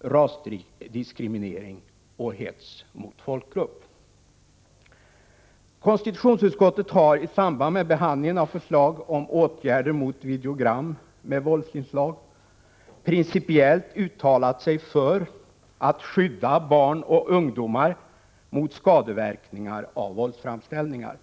rasdiskriminering och hets mot folkgrupp. Konstitutionsutskottet har i samband med behandlingen av förslag om åtgärder mot videogram med våldsinslag principiellt uttalat sig för att skydda barn och ungdomar mot skadeverkningar av våldsframställningar.